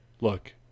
Look